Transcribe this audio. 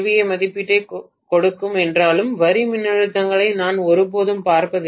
ஏ மதிப்பீட்டைக் கொடுக்கும் என்றாலும் வரி மின்னழுத்தங்களை நாங்கள் ஒருபோதும் பார்ப்பதில்லை